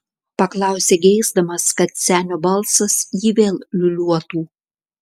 paklausė geisdamas kad senio balsas jį vėl liūliuotų